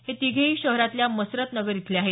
हे तिघेही शहरातल्या मसरत नगर इथले आहेत